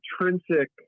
intrinsic